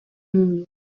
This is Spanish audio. mundo